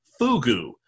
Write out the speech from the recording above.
Fugu